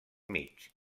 mig